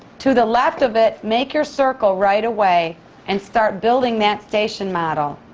to the left of it make your circle right away and start building that station model.